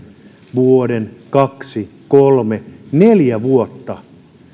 vuoden kaksi kolme neljä vuotta